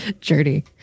journey